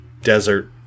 desert